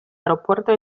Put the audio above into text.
aeropuerto